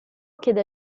chiede